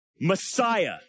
Messiah